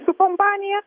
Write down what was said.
su kompanija